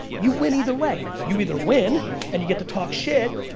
you win either way. you either win and you get to talk shit,